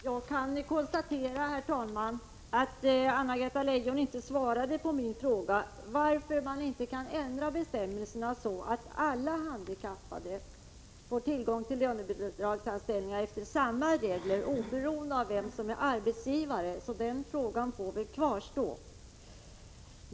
Herr talman! Jag kan konstatera att Anna-Greta Leijon inte svarade på min fråga om varför man inte kan ändra bestämmelserna, så att alla handikappade får tillgång till lönebidragsanställningar efter samma regler och oberoende av vem som är arbetsgivare. Den frågan får väl kvarstå.